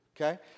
Okay